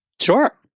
Sure